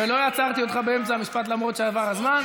ולא עצרתי אותך באמצע המשפט למרות שעבר הזמן.